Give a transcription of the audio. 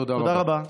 תודה רבה.